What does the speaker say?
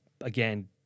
again